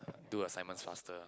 do assignment faster